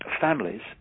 families